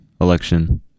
election